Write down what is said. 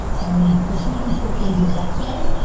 and when you position social media that way,